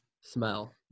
smell